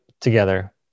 together